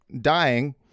dying